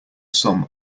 sum